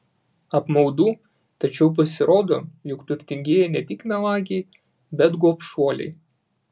apmaudu tačiau pasirodo jog turtingieji ne tik melagiai bet gobšuoliai